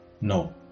No